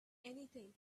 anything